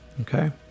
Okay